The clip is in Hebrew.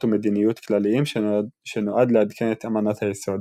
ומדיניות כלליים שנועד לעדכן את אמנת היסוד.